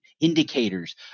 indicators